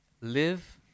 live